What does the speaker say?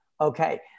Okay